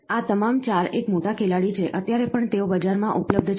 આ તમામ 4 એક મોટા ખેલાડી છે અત્યારે પણ તેઓ બજારમાં ઉપલબ્ધ છે